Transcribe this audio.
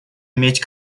иметь